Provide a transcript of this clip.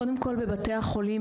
קודם כל בבתי החולים,